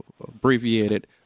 abbreviated